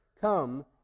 Come